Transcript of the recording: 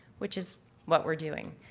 which is what we're doing.